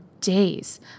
days